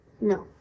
No